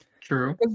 True